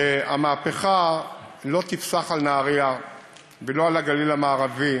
שהמהפכה לא תפסח על נהריה ולא על הגליל המערבי,